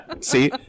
see